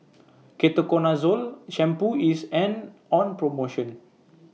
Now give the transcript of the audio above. Ketoconazole Shampoo IS An on promotion